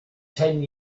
ten